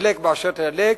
תדלק באשר תתדלק,